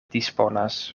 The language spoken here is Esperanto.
disponas